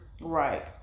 Right